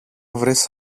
βρεις